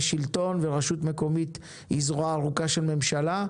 שלטון ורשות מקומית היא זרוע ארוכה של ממשלה,